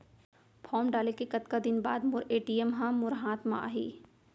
Form डाले के कतका दिन बाद मोर ए.टी.एम ह मोर हाथ म आही?